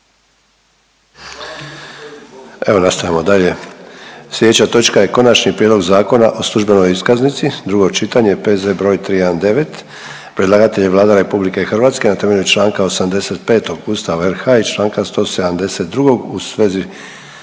Evo nastavljamo dalje, slijedeća točka je: - Konačni prijedlog Zakona o službenoj iskaznici, drugo čitanje, P.Z. br. 319. Predlagatelj je Vlada RH na temelju čl. 85. Ustava RH i čl. 172. u svezi